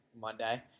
Monday